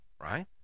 right